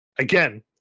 Again